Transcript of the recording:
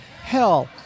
Hell